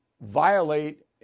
violate